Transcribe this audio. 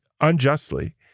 unjustly